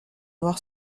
noir